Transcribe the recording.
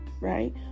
right